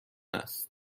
است